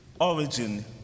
Origin